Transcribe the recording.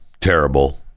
terrible